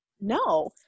No